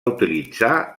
utilitzar